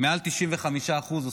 מעל 95% מהן,